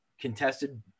contested